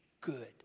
good